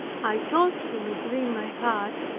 i told him a dream i had,